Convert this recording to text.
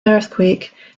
earthquake